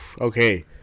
Okay